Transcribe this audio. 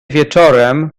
wieczorem